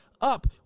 up